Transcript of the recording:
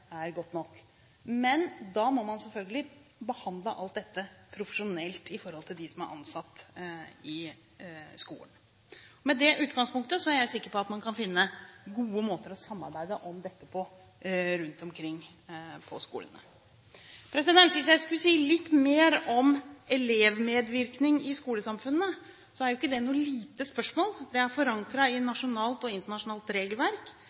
godt nok. Men da må man selvfølgelig behandle alt dette profesjonelt med dem som er ansatt i skolen. Med det utgangspunktet er jeg sikker på at man kan finne gode måter å samarbeide om dette på rundt omkring på skolene. Hvis jeg skulle si litt mer om elevmedvirkning i skolesamfunnene, er jo ikke det noe lite spørsmål. Det er forankret i nasjonalt og internasjonalt regelverk.